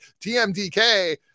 TMDK